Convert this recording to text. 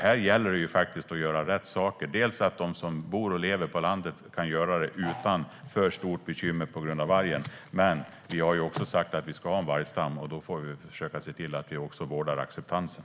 Här gäller det att de som bor och lever på landet kan göra rätt utan för stora bekymmer på grund av vargen. Vi har sagt att det ska finnas en vargstam, och då får vi försöka vårda acceptansen.